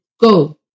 go